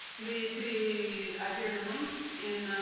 the the iberian lynx in